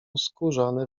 skórzane